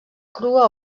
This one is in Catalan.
crua